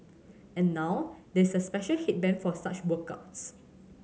and now there is a special headband for such workouts